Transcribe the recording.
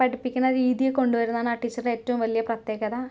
പഠിപ്പിക്കുന്ന രീതി കൊണ്ട് വരുന്നതാണ് ആ ടീച്ചറുടെ ഏറ്റവും വലിയ പ്രത്യേകത